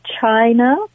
china